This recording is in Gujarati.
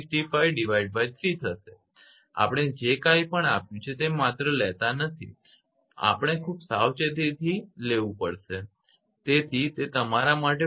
65 3 થશે આપણે જે કાંઈ પણ આપ્યું છે તે માત્ર લેતા નથી આપણે ખૂબ સાવચેતી લેવી પડશે તેથી તે તમારો માટે 0